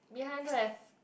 behind don't have